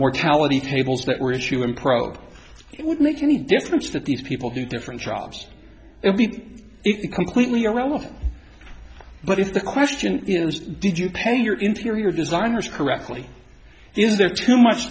mortality tables that were issue in probe it would make any difference that these people do different jobs if it completely irrelevant but if the question was did you pay your interior designers correctly is there too much